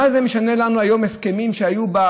מה זה משנה לנו היום שהיו הסכמים בעבר,